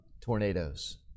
tornadoes